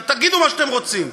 תגידו מה שאתם רוצים.